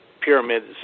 pyramids